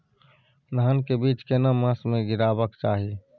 धान के बीज केना मास में गीराबक चाही?